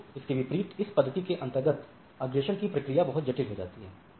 परंतु इसके विपरीत इस पद्धति के अंतर्गत अग्रेषण की प्रक्रिया बहुत जटिल हो जाती है